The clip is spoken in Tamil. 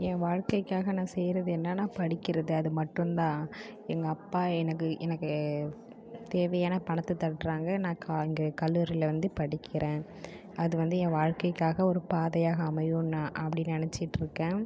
என் வாழ்க்கைக்காக நான் செய்கிறது என்னன்னா படிக்கிறது அது மட்டும் தான் எங்கள் அப்பா எனக்கு எனக்கு தேவையான பணத்தை திரட்றாங்க நான் க இங்கே கல்லூரியில் வந்து படிக்கிறேன் அது வந்து என் வாழ்க்கைக்காக ஒரு பாதையாக அமையும் நான் அப்படி நினச்சிட்ருக்கேன்